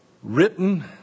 Written